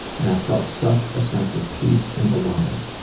and i felt such a sense of peace and belonging.